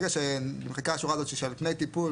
ברגע שנמחקה השורה הזאת של "על פני טיפול